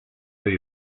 dei